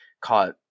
caught